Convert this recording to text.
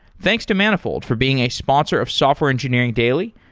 thanks to manifold for being a sponsor of software engineering daily,